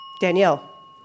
Danielle